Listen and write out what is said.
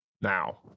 now